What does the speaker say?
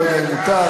לא יודע אם מותר.